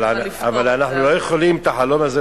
אבל אנחנו לא יכולים את החלום הזה,